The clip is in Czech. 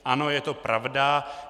Ano, je to pravda.